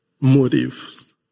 motives